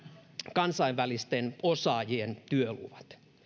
kansainvälisten osaajien työluvat